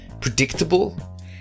predictable